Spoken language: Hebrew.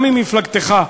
גם ממפלגתך,